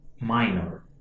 minor